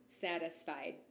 satisfied